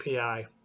API